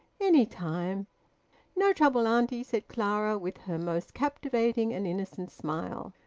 any time no trouble, auntie, said clara, with her most captivating and innocent smile.